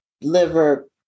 liver